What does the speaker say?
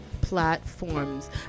Platforms